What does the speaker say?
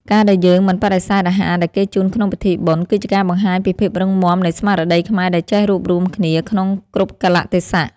ការដែលយើងមិនបដិសេធអាហារដែលគេជូនក្នុងពិធីបុណ្យ គឺជាការបង្ហាញពីភាពរឹងមាំនៃស្មារតីខ្មែរដែលចេះរួបរួមគ្នាក្នុងគ្រប់កាលៈទេសៈ។